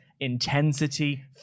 intensity